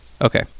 Okay